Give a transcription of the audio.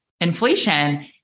inflation